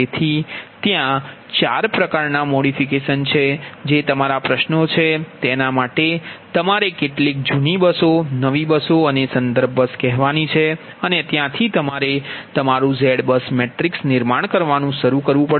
તેથી ત્યાં 4 પ્રકારનાં મોડિફિકેશન છે જે તમારા પ્રશ્નનો છે તેના માટે તમારે કેટલીક જૂની બસો નવી બસો અને સંદર્ભ બસ કહેવાની છે અને ત્યાંથી તમારે તમારું ZBUSમેટ્રિક્સ નિર્માણ કરવાનું શરૂ કરવું પડશે